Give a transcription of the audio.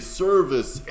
service